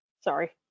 sorry